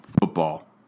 football